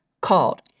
called